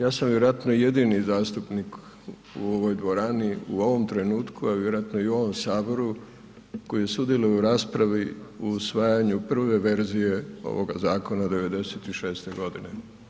Ja sam vjerojatno jedini zastupnik u ovoj dvorani u ovom trenutku, a vjerojatno u ovom Saboru koji sudjeluje u raspravi u usvajanju prve verzije ovoga zakona '96. godine.